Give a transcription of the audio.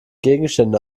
gegenstände